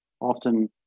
often